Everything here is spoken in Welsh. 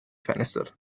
ffenestr